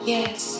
Yes